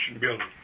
building